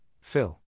Phil